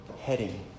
heading